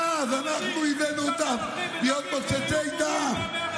אה, אז אנחנו הבאנו אותם להיות מוצצי דם.